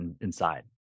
inside